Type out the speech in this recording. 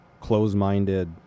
close-minded